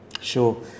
Sure